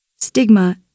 Stigma